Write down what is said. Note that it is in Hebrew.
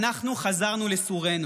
אנחנו חזרנו לסורנו.